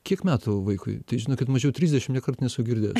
kiek metų vaikui tai žinokit mažiau trisdešim neikart nesu girdėjęs